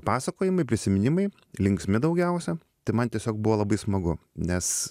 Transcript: pasakojimai prisiminimai linksmi daugiausia tai man tiesiog buvo labai smagu nes